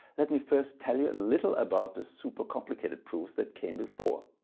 let me first tell you a little about the super complicated proofs that came before.